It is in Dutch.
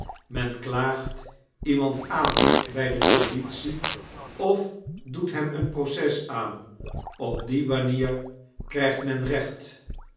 men klaagt iemand aan bij de politie of doet hem een proces aan op die manierkrijgt men recht